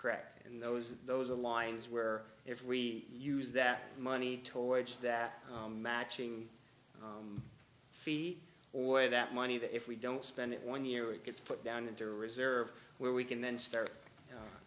correct and those are those the lines where if we use that money towards that matching fee or that money that if we don't spend it one year it gets put down into a reserve where we can then start